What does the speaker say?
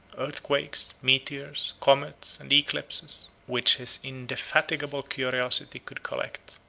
earthquakes, meteors comets, and eclipses, which his indefatigable curiosity could collect.